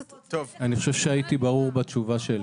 חושב שהייתי ברור בתשובה שלי.